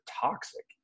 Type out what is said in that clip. toxic